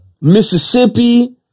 Mississippi